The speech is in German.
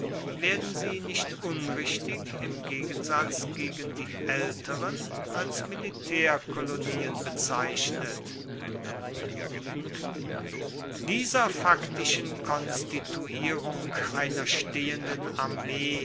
werden sie nicht unrichtig im gegensatz gegen die älteren als militärkolonien bezeichnet dieser faktischen konstituierung einer stehenden armee